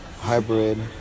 hybrid